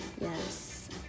yes